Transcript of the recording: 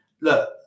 look